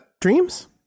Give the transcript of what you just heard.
Dreams